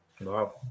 Wow